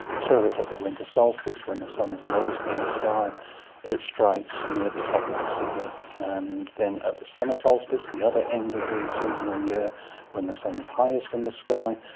so that at the winter solstice when the sun is lowest in the sky it strikes near the top of the ceiling, and then at the summer solstice, the other end of the seasonal year when the sun is highest in the sky,